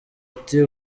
ati